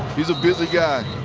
he's a busy guy.